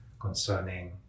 concerning